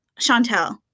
Chantel